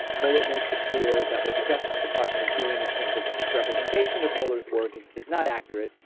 molar makes it clear that what the justice department is doing in terms of its representation of molars work is is not accurate.